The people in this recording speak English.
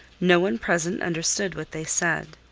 no one present understood what they said.